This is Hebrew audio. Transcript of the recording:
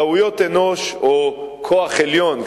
טעויות אנוש או כוח עליון,